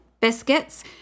biscuits